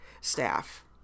staff